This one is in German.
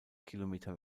kilometer